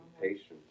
Patience